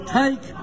take